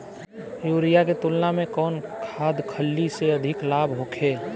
Urea के तुलना में कौन खाध खल्ली से अधिक लाभ होखे?